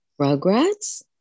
Rugrats